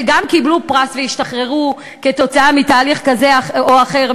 וגם קיבלו פרס והשתחררו כתוצאה מתהליך מדיני כזה או אחר.